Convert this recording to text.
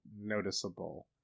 noticeable